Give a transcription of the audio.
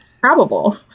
probable